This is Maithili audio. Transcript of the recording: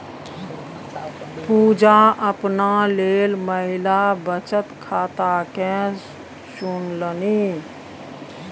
पुजा अपना लेल महिला बचत खाताकेँ चुनलनि